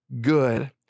good